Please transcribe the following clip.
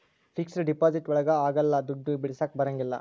fixed deposit ಒಳಗ ಅಗ್ಲಲ್ಲ ದುಡ್ಡು ಬಿಡಿಸಕ ಬರಂಗಿಲ್ಲ